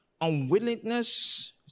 unwillingness